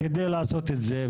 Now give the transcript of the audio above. כלום כדי לעשות את זה.